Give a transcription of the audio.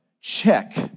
check